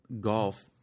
golf